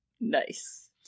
Nice